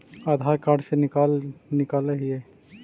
आधार card से निकाल हिऐ?